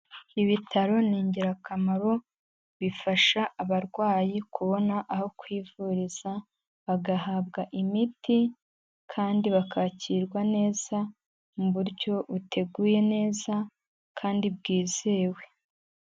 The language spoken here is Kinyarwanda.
Ibitaro ni ingirakamaro, bifasha abarwayi kubona aho kwivuriza, bagahabwa imiti kandi bakakirwa neza mu buryo buteguye neza kandi bwizewe.